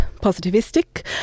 positivistic